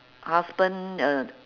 husband uh